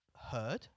heard